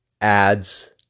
ads